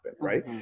right